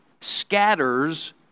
scatters